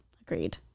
Agreed